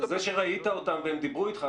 זה שראית אותם והם דיברו אתך,